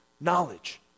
knowledge